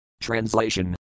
Translation